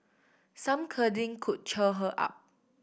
some cuddling could cheer her up